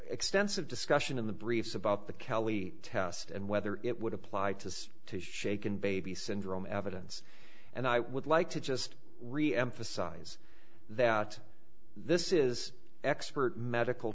extensive discussion in the briefs about the kelly test and whether it would apply to to shaken baby syndrome evidence and i would like to just reemphasize that this is expert medical